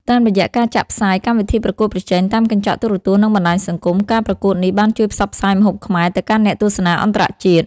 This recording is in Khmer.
តាមរយៈការចាក់ផ្សាយកម្មវិធីប្រកួតប្រជែងតាមកញ្ចក់ទូរទស្សន៍ និងបណ្ដាញសង្គម ការប្រកួតនេះបានជួយផ្សព្វផ្សាយម្ហូបខ្មែរទៅកាន់អ្នកទស្សនាអន្តរជាតិ។